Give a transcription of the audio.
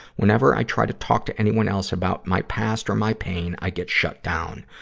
whenever i try to talk to anyone else about my past or my pain, i get shut down.